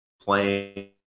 playing